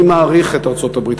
אני מעריך את ארצות-הברית,